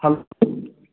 hello